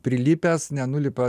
prilipęs nenulipa